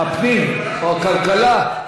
הפנים או הכלכלה?